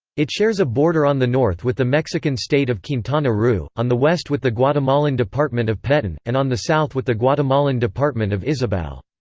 it shares a border on the north with the mexican state of quintana roo, on the west with the guatemalan department of peten, and on the south with the guatemalan department of izabal.